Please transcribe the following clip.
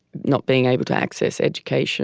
not being able to access education